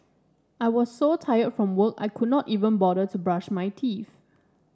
I was so tired from work I could not even bother to brush my teeth